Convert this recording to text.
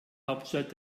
hauptstadt